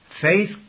Faith